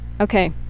okay